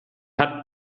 hat